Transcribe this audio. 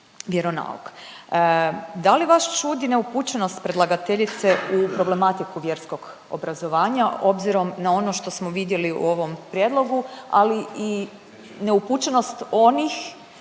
vjeronauk. Da li vas čudi neupućenost predlagateljice u problematiku vjerskog obrazovanja obzirom na ono što smo vidjeli u ovom prijedlogu, ali i neupućenost onih